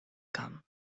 come